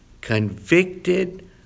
convicted